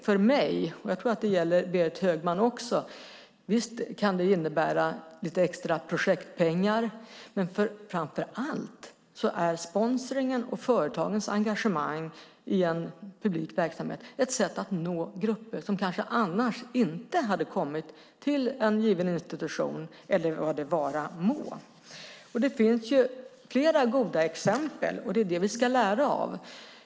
För mig - och det tror jag gäller också Berit Högman - kan sponsring innebära lite extra projektpengar, men framför allt är sponsringen och företagens engagemang i en publik verksamhet ett sätt att nå grupper som kanske annars inte hade kommit till en given institution eller vad det vara må. Det finns flera goda exempel, och det är dem vi ska lära av.